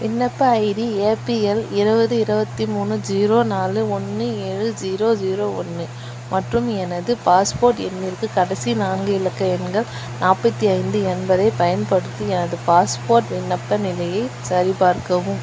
விண்ணப்ப ID APL இருபது இருபத்தி மூணு ஜீரோ நாலு ஒன்று ஏழு ஜீரோ ஜீரோ ஒன்று மற்றும் எனது பாஸ்போர்ட் எண்ணிற்கு கடைசி நான்கு இலக்கு எண்கள் நாற்பத்தி ஐந்து எண்பதைப் பயன்படுத்தி எனது பாஸ்போர்ட் விண்ணப்ப நிலையை சரிபார்க்கவும்